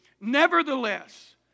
Nevertheless